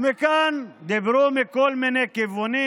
ומכאן דיברו מכל מיני כיוונים,